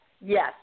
Yes